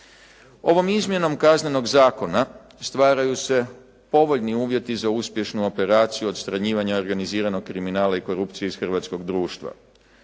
Ovom izmjenom Kaznenog zakona stvaraju se povoljni uvjeti za uspješnu operaciju odstranjivanja organiziranog kriminala i korupcije iz hrvatskog društva.